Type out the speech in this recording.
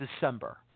December